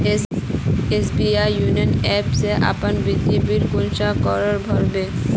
SBI YONO app से अपना बिजली बिल कुंसम करे भर बो?